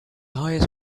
highest